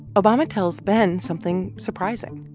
obama tells ben something surprising.